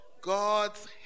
God's